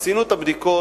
עשינו את הבדיקות.